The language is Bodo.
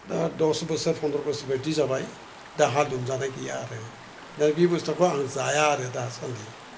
दा दस बोसोर फनद्र बोसोर बायदि जाबाय दा आंहा लोमजानाय गैया आरो दा बे बुस्थुखौ आं जाया आरो दासान्दि